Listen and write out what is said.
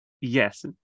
yes